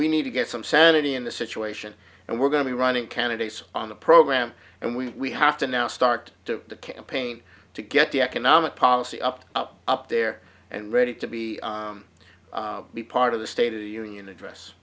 we need to get some sanity in the situation and we're going to be running candidates on the program and we have to now start to campaign to get the economic policy up up up there and ready to be be part of the state a union address